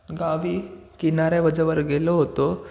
गावी किनाऱ्यावर गेलो होतो